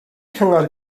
cyngor